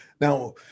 Now